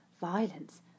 violence